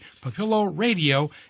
papilloradio